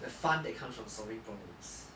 the fun that comes from solving problems